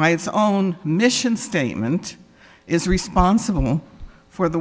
by its own mission statement is responsible for the